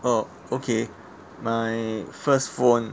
oh okay my first phone